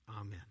Amen